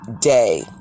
day